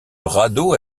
radeau